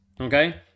Okay